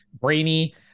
brainy